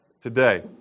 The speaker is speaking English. today